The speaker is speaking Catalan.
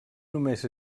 només